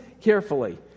carefully